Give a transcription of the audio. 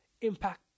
impact